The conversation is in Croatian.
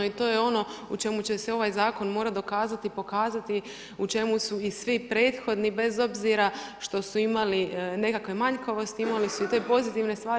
I to je ono u čemu će se ovaj zakon morati dokazati i pokazati u čemu su i svi prethodni bez obzira što su imali nekakve manjkavosti, imali su i te pozitivne stvari.